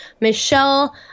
Michelle